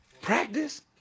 Practice